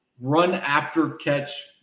run-after-catch